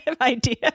idea